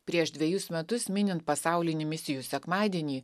prieš dvejus metus minint pasaulinį misijų sekmadienį